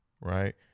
right